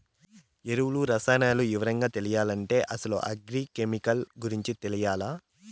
ఎరువులు, రసాయనాలు వివరంగా తెలియాలంటే అసలు అగ్రి కెమికల్ గురించి తెలియాల్ల